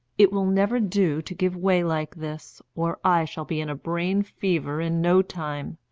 it will never do to give way like this, or i shall be in a brain fever in no time,